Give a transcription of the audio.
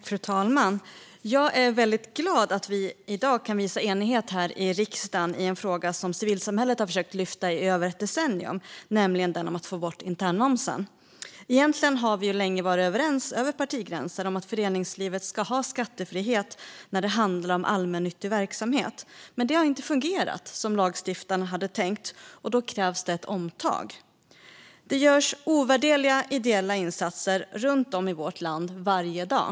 Fru talman! Jag är väldigt glad över att vi i dag kan visa enighet här i riksdagen i en fråga som civilsamhället har försökt lyfta fram i över ett decennium, nämligen frågan om att få bort internmomsen. Egentligen har vi länge varit överens över partigränserna om att föreningslivet ska ha skattefrihet när det handlar om allmännyttig verksamhet. Men det har inte fungerat som lagstiftaren hade tänkt. Då krävs det ett omtag. Det görs ovärderliga ideella insatser runt om i vårt land varje dag.